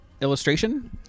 Illustration